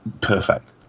perfect